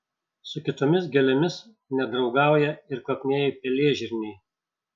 su kitomis gėlėmis nedraugauja ir kvapnieji pelėžirniai